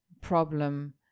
problem